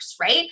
Right